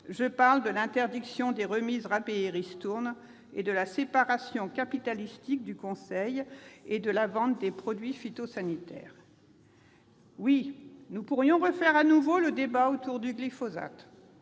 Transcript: veux parler de l'interdiction des remises, rabais et ristournes et de la séparation capitalistique du conseil et de la vente des produits phytosanitaires. Oui, nous pourrions refaire le débat sur le glyphosate